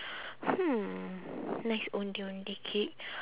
hmm nice ondeh ondeh cake